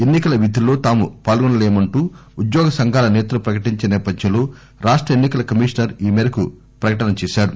ఎన్నికల విధుల్లో తాము పాల్గొనలేమంటూ ఉద్యోగ సంఘాల నేతలు ప్రకటించిన సేపథ్యంలో రాష్ట్ర ఎన్నికల కమిషనర్ ఈ మేరకు ప్రకటన చేశారు